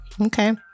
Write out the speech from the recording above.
Okay